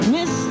Miss